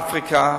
נסע לאפריקה,